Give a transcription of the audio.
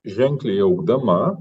ženkliai augdama